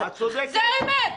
זו האמת.